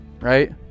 right